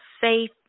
safe